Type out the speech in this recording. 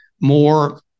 more